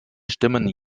stimmen